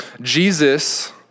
Jesus